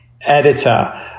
editor